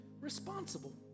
responsible